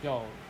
要